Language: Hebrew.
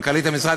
מנכ"לית המשרד,